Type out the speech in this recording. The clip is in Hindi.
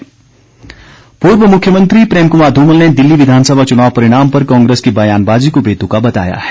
धुमल पूर्व मुख्यमंत्री प्रेम कुमार ध्रमल ने दिल्ली विधानसभा चुनाव परिणाम पर कांग्रेस की बयानबाजी को बेतुका बताया है